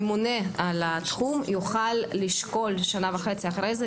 הממונה על התחום יוכל לשקול שנה וחצי אחרי זה,